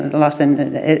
lasten